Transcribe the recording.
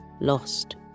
Lost